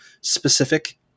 specific